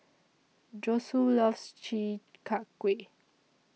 Josue loves Chi Kak Kuih